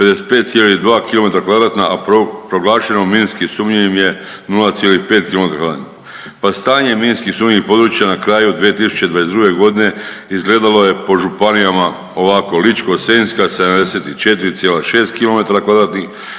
55,2 km2, a proglašeno minski sumnjivim je 0,5 km2, pa stanje minski sumnjivih područja na kraju 2022.g. izgledalo je po županijama ovako, Ličko-senjska 74,6 km2,